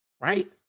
right